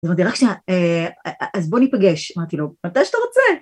אז בוא ניפגש, אמרתי לו, מתי שאתה רוצה.